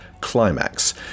climax